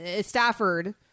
stafford